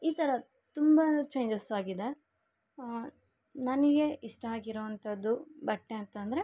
ಈ ಥರ ತುಂಬ ಚೇಂಜಸ್ ಆಗಿದೆ ನನಗೆ ಇಷ್ಟ ಆಗಿರೊವಂಥದ್ದು ಬಟ್ಟೆ ಅಂತಂದರೆ